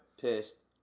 Pissed